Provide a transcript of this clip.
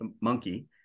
monkey